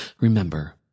Remember